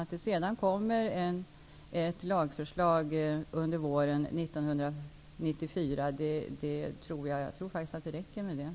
Jag tror faktiskt att det räcker med att det sedan kommer ett lagförslag under våren 1994.